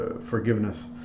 forgiveness